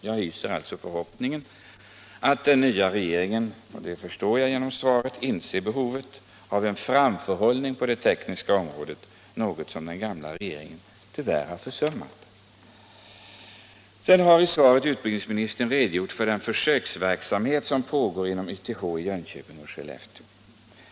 Jag hyser förhoppningen att den nya regeringen — det förstår jag av svaret — inser behovet av en framförhållning på det tekniska området, något som den gamla regeringen tyvärr har försummat. I svaret har utbildningsministern redogjort för den försöksverksamhet som pågår inom YTH i Jönköping och Skellefteå.